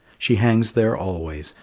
she hangs there always,